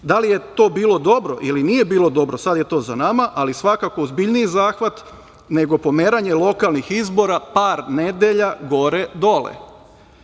Da li je to bilo dobro ili nije bilo dobro, sada je to za nama, ali svakako ozbiljniji zahvat nego pomeranje lokalnih izbora par nedelja gore-dole.